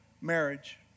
marriage